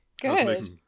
Good